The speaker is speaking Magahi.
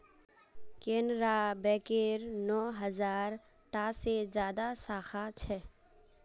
केनरा बैकेर नौ हज़ार टा से ज्यादा साखा छे